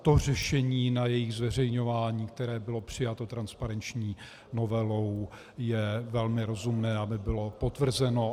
To řešení na jejich zveřejňování, které bylo přijato transparenční novelou, je velmi rozumné, aby bylo potvrzeno.